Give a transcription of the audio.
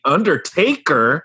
Undertaker